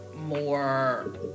More